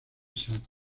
salta